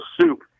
soup